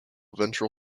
ventral